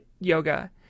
yoga